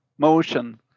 motion